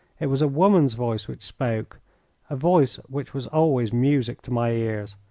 it was a woman's voice which spoke a voice which was always music to my ears.